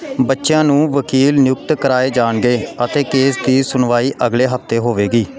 ਬੱਚਿਆਂ ਨੂੰ ਵਕੀਲ ਨਿਯੁਕਤ ਕਰਵਾਏ ਜਾਣਗੇ ਅਤੇ ਕੇਸ ਦੀ ਸੁਣਵਾਈ ਅਗਲੇ ਹਫ਼ਤੇ ਹੋਵੇਗੀ